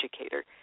educator